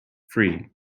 free